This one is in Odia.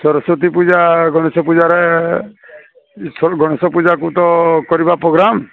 ସରସ୍ୱତୀ ପୂଜା ଗଣେଶ ପୂଜାରେ ଏଥରକ ଗଣେଶ ପୂଜାକୁ ତ କରିବା ପ୍ରୋଗ୍ରାମ୍